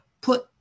put